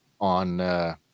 on